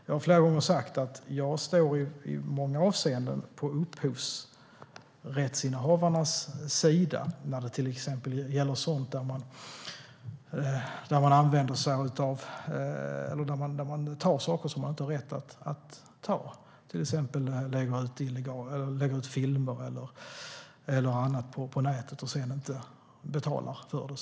Jag har flera gånger sagt att jag i många avseenden står på upphovsrättsinnehavarnas sida när det handlar om att ta saker som man inte har rätt att ta, till exempel lägga ut filmer eller annat på nätet utan att betala för det.